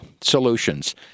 Solutions